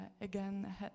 again